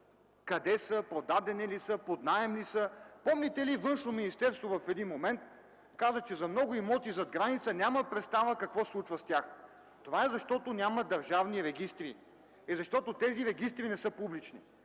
къде са, продадени ли са, под наем ли са. Помните ли, че Външно министерство в един момент каза, че за много имоти зад граница няма представа какво се случва с тях? Това е, защото няма държавни регистри и защото тези регистри не са публични.